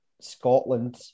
Scotland